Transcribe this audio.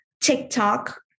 TikTok